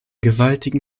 gewaltigen